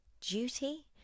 duty